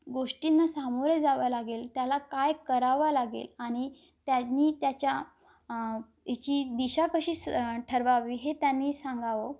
गोष्टींना सामोरे जावं लागेल त्याला काय करावा लागेल आणि त्यांनी त्याच्या याची दिशा कशी स ठरवावी हे त्यांनी सांगावं